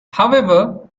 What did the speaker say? however